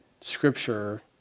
scripture